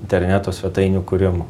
interneto svetainių kūrimu